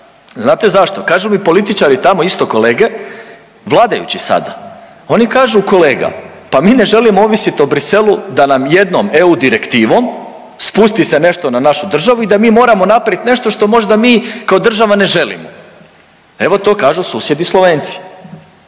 Znate zašto? Kažu mi političari tamo isto kolege vladajući sada, oni kažu kolega pa mine želimo ovisiti o Bruxellesu da nam jednom EU direktivom spusti se nešto na našu državu i da mi moramo napraviti nešto što možda mi kao država ne želimo. Evo to kažu susjedi Slovenci.